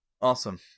Awesome